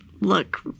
look